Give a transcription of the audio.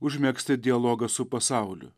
užmegzti dialogą su pasauliu